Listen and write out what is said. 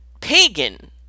pagan